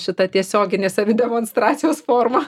šita tiesioginė savidemonstracijos forma